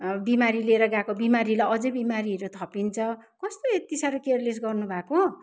बिमारी लिएर गएको बिमारीलाई अझै बिमारीहरू थपिन्छ कस्तो यति साह्रो केयरलेस गर्नुभएको